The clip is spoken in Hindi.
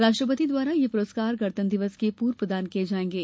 राष्ट्रपति द्वारा यह पुरस्कार गणतंत्र दिवस के पूर्व प्रदान किये जायेंगे